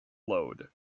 load